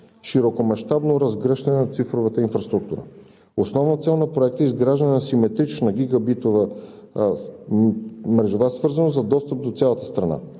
„Широкомащабно разгръщане на цифровата инфраструктура“. Основна цел на Проекта е изграждане на симетрична гигабитова мрежова свързаност за достъп до цялата страна.